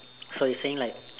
so you saying like